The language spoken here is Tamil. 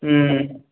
ம்